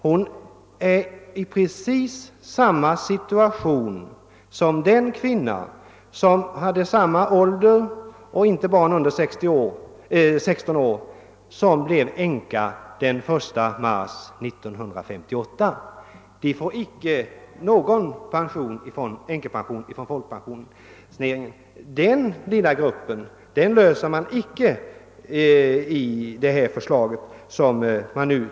Hon befinner sig i exakt samma situation som en kvinna som vid samma ålder och utan barn under 16 år blev änka den 1 mars 1958. Ingendera får någon änkepension från folkpensioneringen. Denna lilla grupps Pproblem löses icke genom reservanternas förslag. Herr talman!